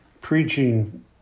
preaching